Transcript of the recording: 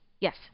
yes